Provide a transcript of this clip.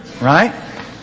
Right